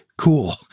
Cool